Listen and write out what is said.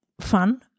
fun